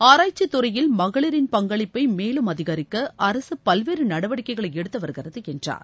ஆராய்ச்சித்துறையில் மகளிரின் பங்களிப்பை மேலும் அதிகரிக்க அரசு பல்வேறு நடவடிக்கைகளை எடுத்து வருகிறது என்றார்